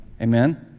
Amen